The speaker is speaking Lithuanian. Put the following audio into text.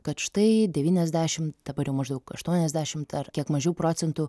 kad štai devyniasdešimt dabar jau maždaug aštuoniasdešimt ar kiek mažiau procentų